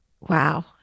Wow